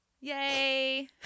yay